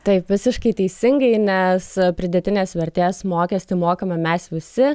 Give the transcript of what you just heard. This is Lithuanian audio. taip visiškai teisingai nes pridėtinės vertės mokestį mokame mes visi